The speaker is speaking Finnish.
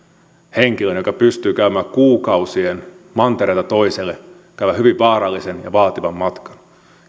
henkilön joka pystyy käymään kuukausien mantereelta toiselle käyvän hyvin vaarallisen ja vaativan matkan